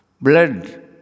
Blood